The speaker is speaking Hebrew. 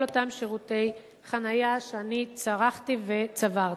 אותם שירותי חנייה שאני צרכתי וצברתי.